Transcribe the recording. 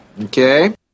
Okay